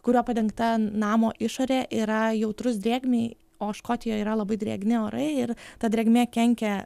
kuriuo padengta namo išorė yra jautrus drėgmei o škotijoje yra labai drėgni orai ir ta drėgmė kenkia